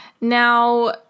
Now